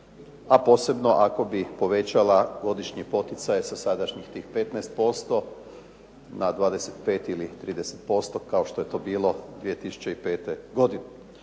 a posebno ako bi povećala godišnji poticaj sa sadašnjih tih 15% na 25 ili 30% kao što je to bilo 2005. godine.